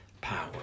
power